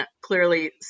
clearly